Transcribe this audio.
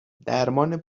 درمان